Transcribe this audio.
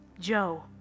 Joe